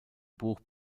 buch